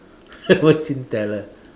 fortune teller